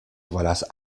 volas